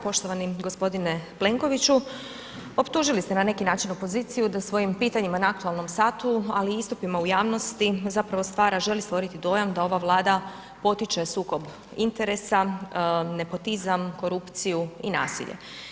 Poštovani g. Plenkoviću, optužili ste na neki način opoziciju da svojim pitanjima na aktualnom satu ali i istupima u javnosti, zapravo stvara, želi stvoriti dojam da ova Vlada potiče sukob interesa, nepotizam, korupciju i nasilje.